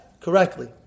correctly